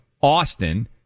Austin